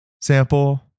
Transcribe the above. sample